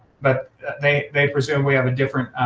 but they they presume we have a different